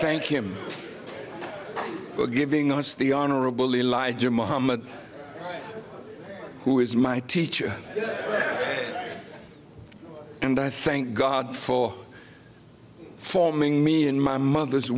thank him for giving us the honorable elijah muhammad who is my teacher and i thank god for forming me in my mother's